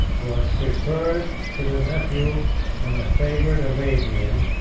was preferred to the nephew and the favorite of adrian,